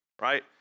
right